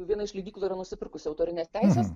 viena iš leidyklų yra nusipirkusi autorines teises